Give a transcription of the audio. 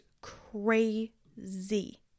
crazy